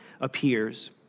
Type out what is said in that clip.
appears